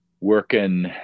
working